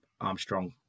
Armstrong